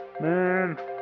Man